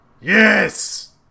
Yes